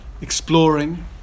exploring